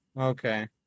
Okay